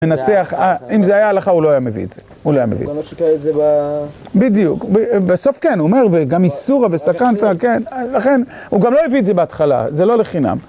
מנצח, אם זה היה לך, הוא לא היה מביא את זה, הוא לא היה מביא את זה. הוא גם לא שיקרא את זה ב... בדיוק, בסוף כן, הוא אומר, וגם איסורה וסקנת, כן, לכן, הוא גם לא הביא את זה בהתחלה, זה לא לחינם.